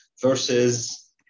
Versus